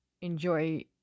enjoy